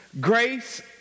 Grace